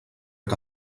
que